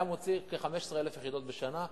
היה מוציא כ-15,000 יחידות בשנה.